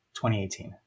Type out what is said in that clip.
2018